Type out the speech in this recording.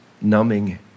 numbing